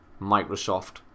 Microsoft